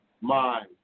mind